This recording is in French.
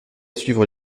suivre